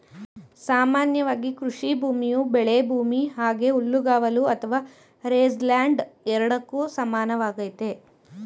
ಸಾಮಾನ್ಯವಾಗಿ ಕೃಷಿಭೂಮಿಯು ಬೆಳೆಭೂಮಿ ಹಾಗೆ ಹುಲ್ಲುಗಾವಲು ಅಥವಾ ರೇಂಜ್ಲ್ಯಾಂಡ್ ಎರಡಕ್ಕೂ ಸಮಾನವಾಗೈತೆ